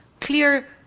clear